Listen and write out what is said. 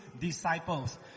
disciples